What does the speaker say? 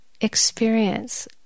experience